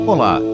Olá